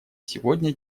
сегодня